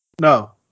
No